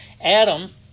Adam